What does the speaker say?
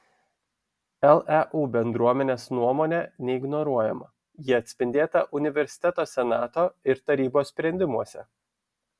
leu bendruomenės nuomonė neignoruojama ji atspindėta universiteto senato ir tarybos sprendimuose